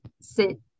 sit